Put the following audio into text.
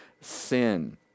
sin